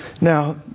Now